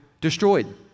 destroyed